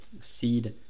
seed